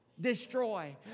Destroy